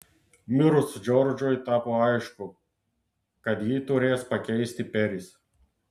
mirus džordžui tapo aišku kad jį turės pakeisti peris